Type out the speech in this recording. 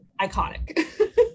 iconic